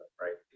right